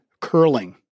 curling